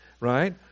right